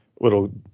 little